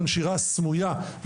בנשירה הסמוייה,